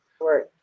right